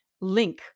link